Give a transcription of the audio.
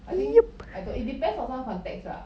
I think I don't it depends on some context ah